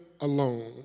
alone